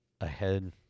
ahead